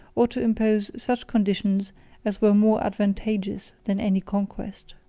or to impose such conditions as were more advantageous than any conquest.